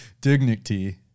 dignity